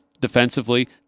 Defensively